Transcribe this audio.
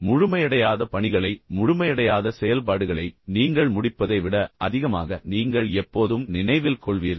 முழுமையடையாத பணிகளை முழுமையடையாத செயல்பாடுகளை நீங்கள் முடிப்பதை விட அதிகமாக நீங்கள் எப்போதும் நினைவில் கொள்வீர்கள்